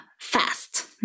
fast